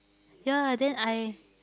ya then I